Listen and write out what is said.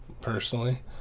personally